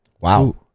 Wow